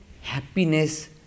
happiness